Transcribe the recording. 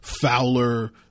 Fowler